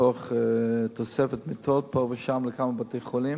לפתוח תוספת מיטות פה ושם לכמה בתי-חולים.